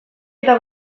eta